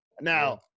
Now